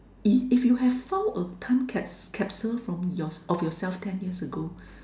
if if you have found a time cap~ capsule from yours of yourself ten years ago